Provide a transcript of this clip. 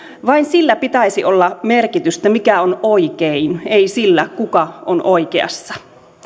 vain sillä pitäisi olla merkitystä mikä on oikein ei sillä kuka on oikeassa